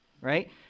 right